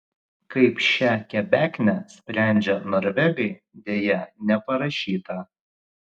kaip šią kebeknę sprendžia norvegai deja neparašyta